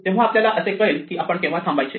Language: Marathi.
तेव्हा आपल्याला कसे कळेल की आपण केव्हा थांबायचे